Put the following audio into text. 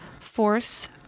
force